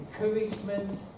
encouragement